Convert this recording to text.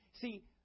See